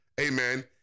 amen